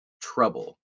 trouble